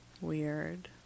weird